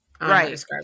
Right